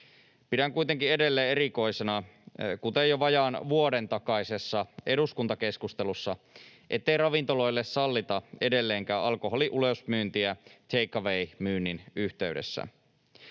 Pidän kuitenkin edelleen erikoisena, kuten jo vajaan vuoden takaisessa eduskuntakeskustelussa, ettei ravintoloille sallita edelleenkään alkoholin ulosmyyntiä take away ‑myynnin yhteydessä.